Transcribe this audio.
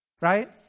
Right